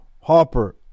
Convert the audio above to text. Hopper